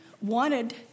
wanted